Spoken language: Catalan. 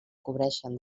cobreixen